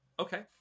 Okay